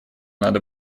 надо